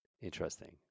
Interesting